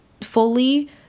fully